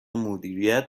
مدیریت